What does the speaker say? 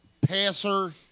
passer